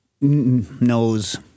knows